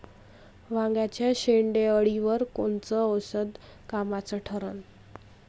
वांग्याच्या शेंडेअळीवर कोनचं औषध कामाचं ठरन?